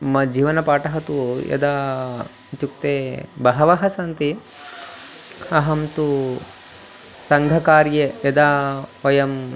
मम जीवन पाठः तु यदा इत्युक्ते बहवः सन्ति अहं तु सङ्घकार्ये यदा वयं